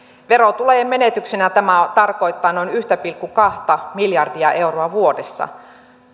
verotulojen menetyksenä tämä tarkoittaa noin yksi pilkku kaksi miljardia euroa vuodessa